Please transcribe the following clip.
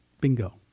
bingo